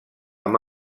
amb